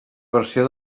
versió